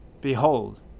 Behold